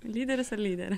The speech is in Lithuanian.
lyderis ar lyderė